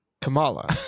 Kamala